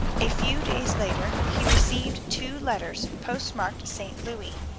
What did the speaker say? a few days later he received two letters post-marked st. louis.